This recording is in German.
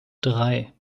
drei